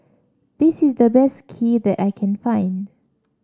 this is the best Kheer that I can find